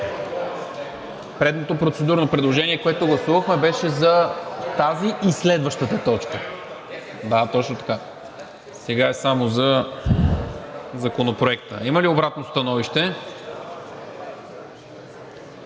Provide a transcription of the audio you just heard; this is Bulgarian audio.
Предното процедурно предложение, което гласувахме, беше за тази и за следващата точка. Точно така, а сега е само за Законопроекта. Има ли обратно становище?